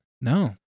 No